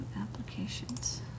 applications